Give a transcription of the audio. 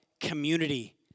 Community